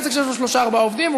עסק שיש לו שלושה-ארבעה עובדים,